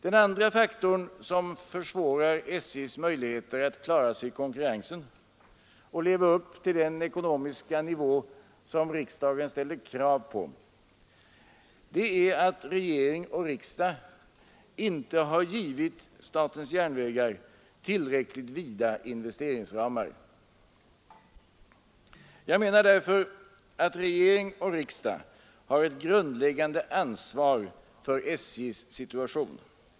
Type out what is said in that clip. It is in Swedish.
Den andra faktorn som försvårar statens järnvägars möjligheter att klara sig i konkurrensen och leva upp till den ekonomiska nivå som riksdagen ställt krav på är att regering och riksdag inte har givit statens järnvägar tillräckligt vida investeringsramar. =" Jag menar därför att regering och riksdag har ett grundläggande ansvar för statens järnvägars situation.